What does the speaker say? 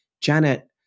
Janet